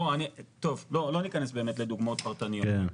טוב, לא ניכנס באמת לדוגמאות פרטניות.